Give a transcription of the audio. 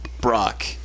Brock